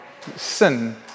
sin